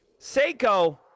Seiko